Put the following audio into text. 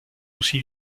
aussi